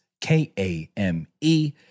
K-A-M-E